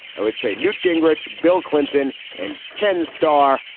i would say newt gingrich, bill clinton and ken starr.